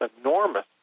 enormous